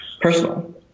personal